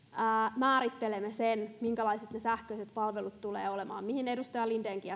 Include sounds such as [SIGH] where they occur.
[UNINTELLIGIBLE] lakia määrittelemme sen minkälaiset ne sähköiset palvelut tulevat olemaan mihin edustaja lindenkin [UNINTELLIGIBLE]